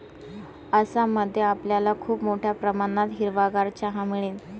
आसाम मध्ये आपल्याला खूप मोठ्या प्रमाणात हिरवागार चहा मिळेल